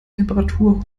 temperatur